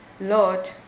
Lord